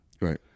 right